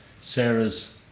Sarah's